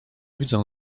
widzę